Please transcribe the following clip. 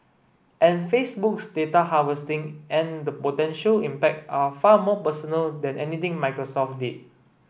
and Facebook's data harvesting and the potential impact are far more personal than anything Microsoft did